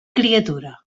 criatura